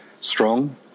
strong